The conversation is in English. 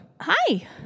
Hi